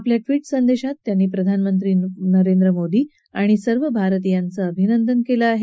आपल्या ट्विट संदेशात त्यांनी प्रधानमंत्री नरेंद्र मोदी आणि भारतीयाचं अभिनंदन केलं आहे